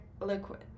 liquid